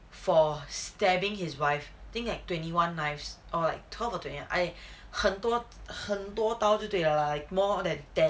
for stabbing his wife think like twenty one knives or like twelve or something twenty one I 很多很多刀就对了 lah like more than ten